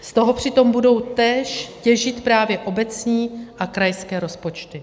Z toho přitom budou též těžit právě obecní a krajské rozpočty.